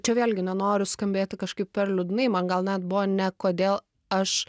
čia vėlgi nenoriu skambėti kažkaip per liūdnai man gal net buvo ne kodėl aš